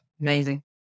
Amazing